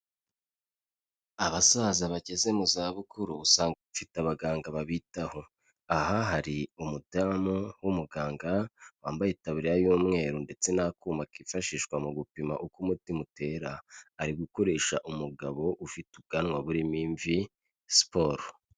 Abasaza bageze mu zabukuru usanga bagiye abaganga babitaho; aha hari umudamu w'umuganga wambaye itabiriya y'umweru; ndetse n'akuma kifashishwa mu gupima uko umutima utera; ari gukoresha umugabo ufite ubwanwa burimo imvi siporo.